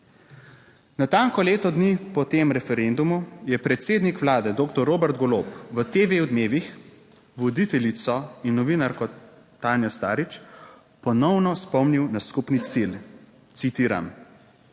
Natanko leto dni po tem referendumu je predsednik Vlade doktor Robert Golob v TV Odmevih voditeljico in novinarko Tanjo Starič ponovno spomnil na skupni cilj (citiram):